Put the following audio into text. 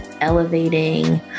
elevating